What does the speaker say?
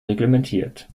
reglementiert